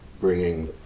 bringing